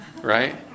right